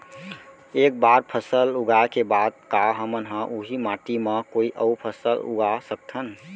एक बार फसल उगाए के बाद का हमन ह, उही माटी मा कोई अऊ फसल उगा सकथन?